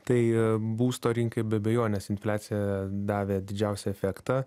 tai a būsto rinkai be abejonės infliacija davė didžiausią efektą